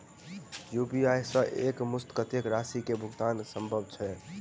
UPI सऽ एक मुस्त कत्तेक राशि कऽ भुगतान सम्भव छई?